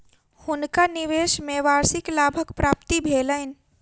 हुनका निवेश में वार्षिक लाभक प्राप्ति भेलैन